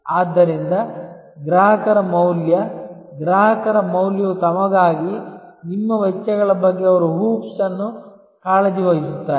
ಆದ್ದರಿಂದ ಗ್ರಾಹಕರ ಮೌಲ್ಯ ಗ್ರಾಹಕರ ಮೌಲ್ಯವು ತಮಗಾಗಿ ನಿಮ್ಮ ವೆಚ್ಚಗಳ ಬಗ್ಗೆ ಅವರು ಹೂಪ್ಸ್ ಅನ್ನು ಕಾಳಜಿ ವಹಿಸುತ್ತಾರೆ